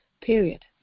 period